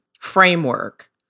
framework